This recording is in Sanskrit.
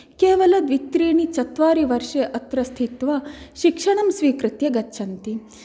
केवलं द्वित्रिणीचत्वारिवर्षे अत्र स्थित्वा शिक्षणं स्वीकृत्य गच्छन्ति